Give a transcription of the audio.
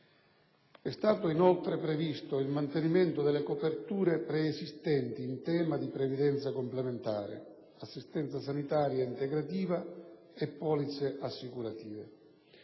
È stato inoltre previsto il mantenimento delle coperture preesistenti in tema di previdenza complementare, assistenza sanitaria integrativa e polizze assicurative.